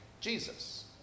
Jesus